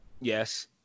Yes